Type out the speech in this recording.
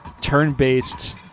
turn-based